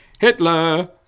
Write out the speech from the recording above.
Hitler